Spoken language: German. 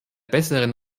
besseren